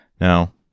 Now